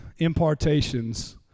impartations